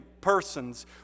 persons